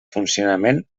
funcionament